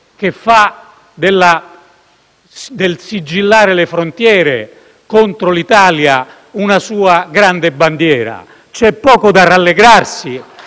che fa del sigillare le frontiere contro l'Italia una sua grande bandiera. C'è poco da rallegrarsi